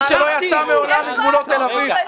יצאת פעם מגבולות תל אביב?